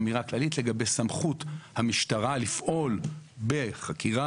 אמירה כללית לגבי סמכות המשטרה לפעול בחקירה,